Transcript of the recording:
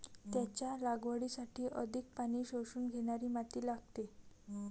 त्याच्या लागवडीसाठी अधिक पाणी शोषून घेणारी माती लागते